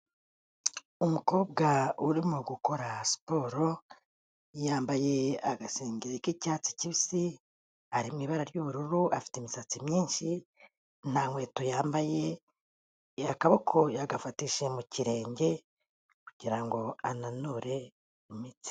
Umukobwa urimo gukora siporo, yambaye agasenge k'icyatsi kibisi, ari mu ibara ry'ubururu, afite imisatsi myinshi, nta nkweto yambaye, akaboko yagafatishije mu kirenge kugira ngo ananure imitsi.